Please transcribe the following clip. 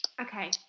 Okay